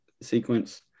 sequence